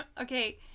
Okay